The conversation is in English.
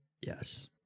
Yes